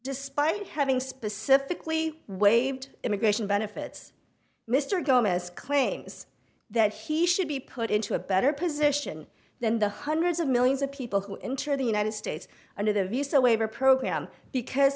despite having specifically waived immigration benefits mr gomez claims that he should be put into a better position than the hundreds of millions of people who entered the united states under the visa waiver program because